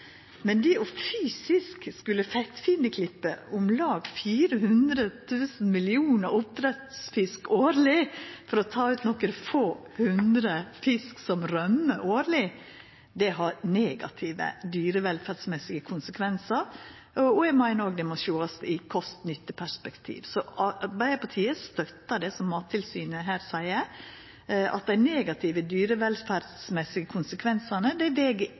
Men fysisk å skulla feittfinneklippa om lag 400 000 millionar oppdrettsfisk årleg for å ta ut nokre få hundre fisk som rømmer årleg, har negative dyrevelferdsmessige konsekvensar. Eg meiner det òg må sjåast i eit kost–nytte-perspektiv. Arbeidarpartiet støttar det som Mattilsynet her seier, at dei negative dyrevelferdsmessige konsekvensane ikkje veg